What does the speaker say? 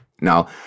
Now